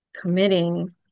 committing